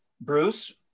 Bruce